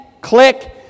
click